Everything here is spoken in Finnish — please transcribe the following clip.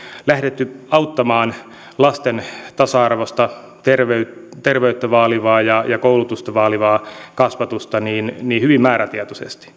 lähdetty auttamaan lasten tasa arvoista terveyttä ja ja koulutusta vaalivaa kasvatusta hyvin määrätietoisesti